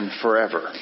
forever